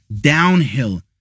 downhill